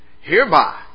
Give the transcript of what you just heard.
Hereby